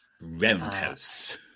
Roundhouse